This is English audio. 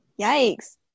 Yikes